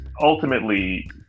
ultimately